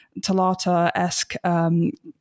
Talata-esque